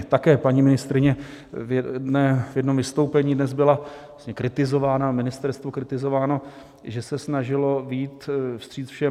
Také paní ministryně v jednom vystoupení dnes byla kritizována a ministerstvo kritizováno, že se snažilo vyjít vstříc všem.